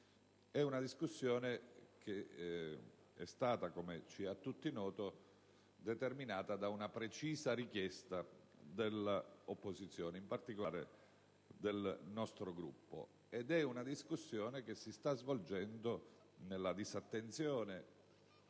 dei deputati è stata, come è a tutti noto, determinata da una precisa richiesta dell'opposizione e, in particolare, del nostro Gruppo. La discussione si sta svolgendo in una disattenzione